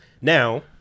now